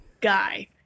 guy